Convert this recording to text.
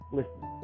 listen